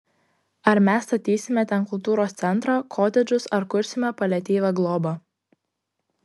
ar mes statysime ten kultūros centrą kotedžus ar kursime paliatyvią globą